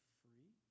free